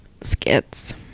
Skits